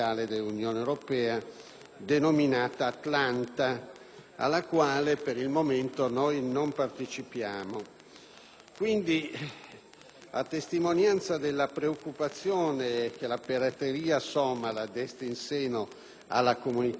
denominata «Atlanta», alla quale, per il momento, non prende parte l'Italia; a testimonianza della preoccupazione che la pirateria somala desta in seno alla comunità internazionale,